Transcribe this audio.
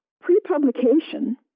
pre-publication